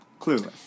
clueless